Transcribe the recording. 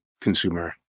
consumer